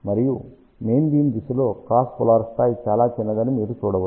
మరియు main beam దిశలో cross polar స్థాయి చాలా చిన్నదని మీరు చూడవచ్చు